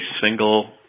single